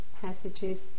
passages